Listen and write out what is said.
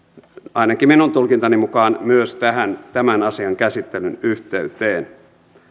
ainakin minun tulkintani mukaan myös tämän asian käsittelyn yhteyteen